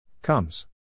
Comes